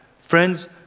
friends